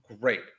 great